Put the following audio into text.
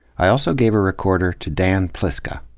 i also gave a recorder to dan pliszka.